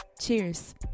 Cheers